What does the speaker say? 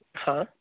हा